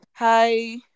Hi